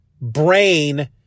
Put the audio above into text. brain